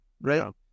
right